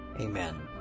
Amen